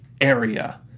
area